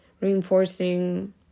reinforcing